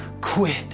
quit